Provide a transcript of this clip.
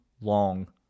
long